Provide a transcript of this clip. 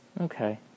Okay